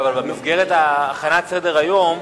אבל במסגרת הכנת סדר-היום,